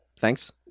thanks